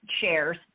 shares